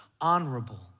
honorable